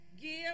Give